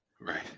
Right